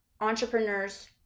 entrepreneurs